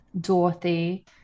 Dorothy